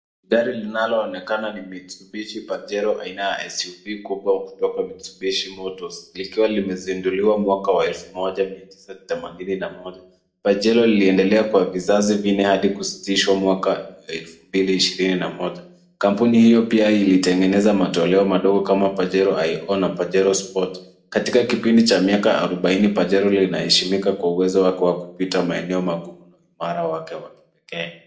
Gari linaloonekana ni Mitsubishi Pajero aina ya SUV kubwa kutoka Mitsubishi Motors likiwa limezinduliwa mwaka wa 1981. Pajero liliendelea kwa vizazi vinne hadi kusitishwa mwaka wa 2021. Kampuni hio pia ilitengeneza matoleo madogo kama Pajero Aeko na Pajero Sports. Katika kipindi cha miaka 40, Pajero linaheshimika kwa uwezo wake wa kupita maeneo magumu.